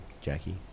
Jackie